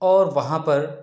اور وہاں پر